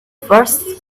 first